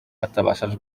batabasha